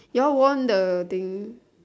you all won the thing